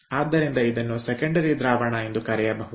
ಆದ್ದರಿಂದ ಇದನ್ನು ಸೆಕೆಂಡರಿ ದ್ರಾವಣ ಎಂದು ಕರೆಯಬಹುದು